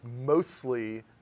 mostly